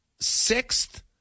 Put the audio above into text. sixth